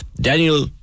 Daniel